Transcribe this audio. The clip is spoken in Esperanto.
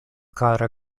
kara